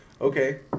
okay